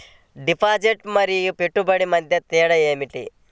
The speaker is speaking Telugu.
డిపాజిట్ మరియు పెట్టుబడి మధ్య తేడా ఏమిటి?